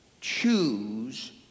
choose